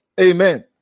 Amen